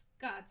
God's